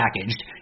packaged